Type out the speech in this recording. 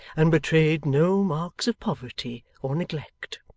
and betrayed no marks of poverty or neglect.